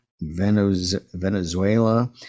venezuela